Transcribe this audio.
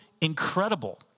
incredible